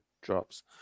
drops